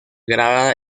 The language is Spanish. grabada